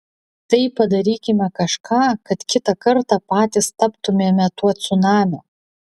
tai padarykime kažką kad kitą kartą patys taptumėme tuo cunamiu